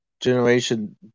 generation